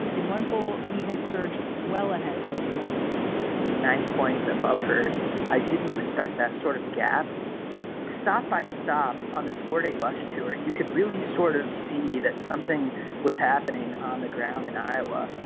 in one poll he has surged well ahead of elizabeth warren may nine points above her i didn't expect that sort of a gap but stopped by stop on this four day bus tour. you could really sort of see that something was happening on the ground in iowa.